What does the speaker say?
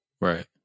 Right